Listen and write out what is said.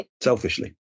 selfishly